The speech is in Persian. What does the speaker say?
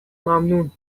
ممنون